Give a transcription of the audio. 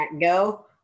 go